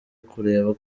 kureba